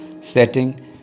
Setting